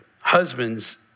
husbands